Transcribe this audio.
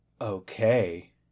Okay